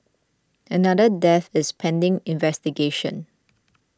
another death is pending investigation